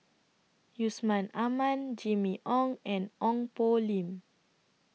Yusman Aman Jimmy Ong and Ong Poh Lim